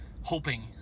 hoping